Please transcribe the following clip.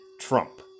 Trump